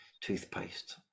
toothpaste